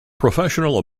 professional